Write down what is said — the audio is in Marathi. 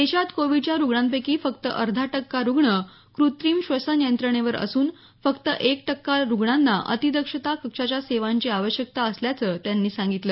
देशात कोविडच्या रुग्णांपैकी फक्त अर्धा टक्का रुग्ण कृत्रिम श्वसन यंत्रणेवर असून फक्त एक टक्का रुग्णांना अतिदक्षता कक्षाच्या सेवांची आवश्यकता असल्याचं त्यांनी सांगितलं